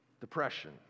depression